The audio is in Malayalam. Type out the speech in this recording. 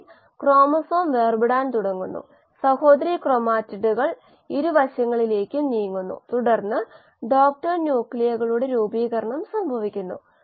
പകരം വില കൊടുക്കുക ഇനി Xm കണക്കാക്കുക